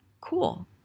Cool